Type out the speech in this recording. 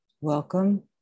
welcome